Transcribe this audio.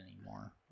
anymore